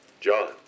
John